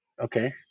okay